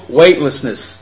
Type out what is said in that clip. weightlessness